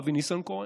אבי ניסנקורן,